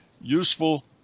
useful